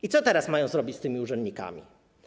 I co teraz mają zrobić z tymi urzędnikami?